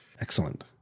Excellent